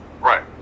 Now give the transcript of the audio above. Right